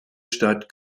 stadt